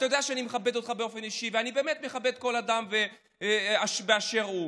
אתה יודע שאני מכבד אותך באופן אישי ואני באמת מכבד כל אדם באשר הוא.